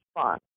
fun